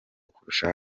kurusha